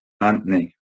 Anthony